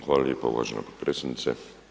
Hvala lijepa uvažena potpredsjednice.